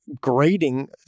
grading